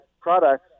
products